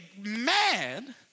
mad